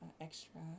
extra